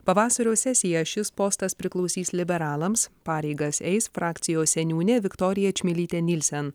pavasario sesiją šis postas priklausys liberalams pareigas eis frakcijos seniūnė viktorija čmilytė nilsen